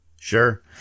Sure